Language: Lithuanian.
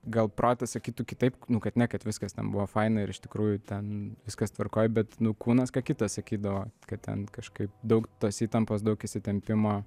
gal protas sakytų kitaip nu kad ne kad viskas ten buvo faina ir iš tikrųjų ten viskas tvarkoj bet nu kūnas ką kita sakydavo kad ten kažkaip daug tos įtampos daug įsitempimo